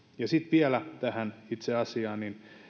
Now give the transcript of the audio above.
ja sitten vielä tähän itse asiaan